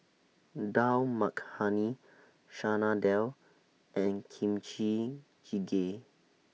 Dal Makhani Chana Dal and Kimchi Jjigae